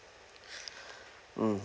hmm